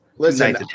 Listen